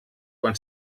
quan